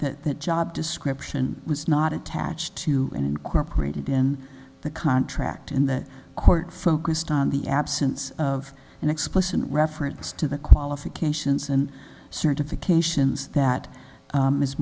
that job description was not attached to an incorporated in the contract in the court focused on the absence of an explicit reference to the qualifications and certifications that